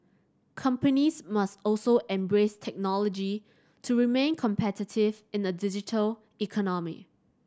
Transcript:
companies must also embrace technology to remain competitive in a digital economy